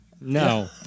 No